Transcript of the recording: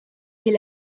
est